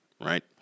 right